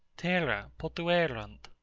terra potuerunt?